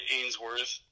Ainsworth